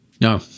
No